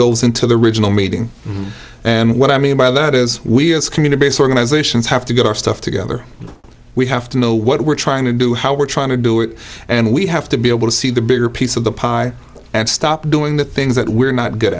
goes into the original meeting and what i mean by that is we as community based organizations have to get our stuff together we have to know what we're trying to do how we're trying to do it and we have to be able to see the bigger piece of the pie and stop doing the things that we're not good